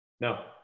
No